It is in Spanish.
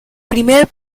primer